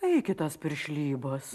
eik į tas piršlybas